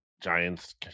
giants